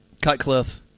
Cutcliffe